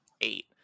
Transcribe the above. eight